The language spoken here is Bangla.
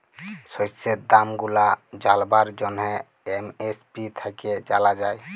শস্যের দাম গুলা জালবার জ্যনহে এম.এস.পি থ্যাইকে জালা যায়